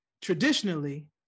traditionally